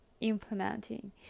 Implementing